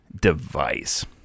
device